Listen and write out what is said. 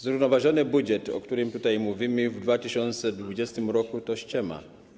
Zrównoważony budżet, o którym tutaj mówimy, w 2020 r. to ściema.